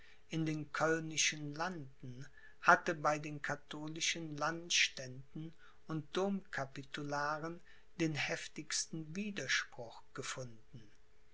in den kölnischen landen hatte bei den katholischen landständen und domcapitularen den heftigsten widerspruch gefunden